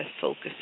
focus